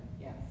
Yes